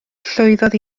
llwyddodd